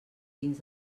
dins